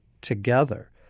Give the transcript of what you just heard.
together